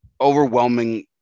overwhelming